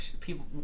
people